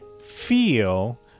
feel